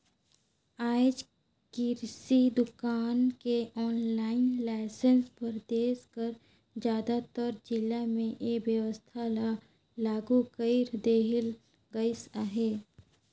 आएज किरसि दुकान के आनलाईन लाइसेंस बर देस कर जादातर जिला में ए बेवस्था ल लागू कइर देहल गइस अहे